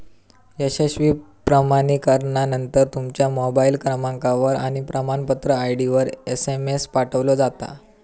यशस्वी प्रमाणीकरणानंतर, तुमच्या मोबाईल क्रमांकावर आणि प्रमाणपत्र आय.डीवर एसएमएस पाठवलो जाता